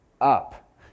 up